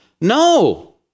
No